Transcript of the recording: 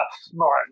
smart